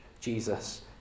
Jesus